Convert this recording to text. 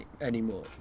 anymore